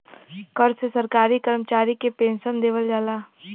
कर से सरकारी करमचारी के पेन्सन देवल जाला